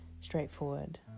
straightforward